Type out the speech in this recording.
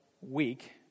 week